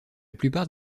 plupart